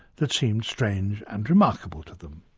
that seemed strange and remarkable to them.